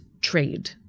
trade